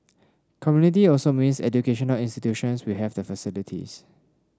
community also means educational institutions we have the facilities